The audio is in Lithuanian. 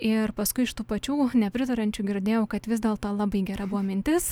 ir paskui iš tų pačių nepritariančių girdėjau kad vis dėlto labai gera buvo mintis